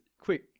quick